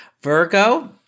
Virgo